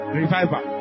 reviver